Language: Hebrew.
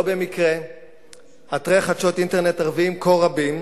לא במקרה אתרי חדשות אינטרנט ערביים כה רבים,